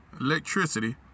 electricity